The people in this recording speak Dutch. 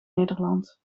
nederland